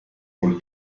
col